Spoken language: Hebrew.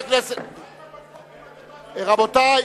רבותי.